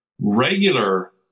regular